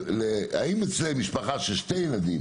האם משפחה של 2 ילדים